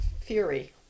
fury